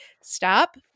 Stop